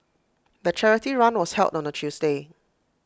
the charity run was held on A Tuesday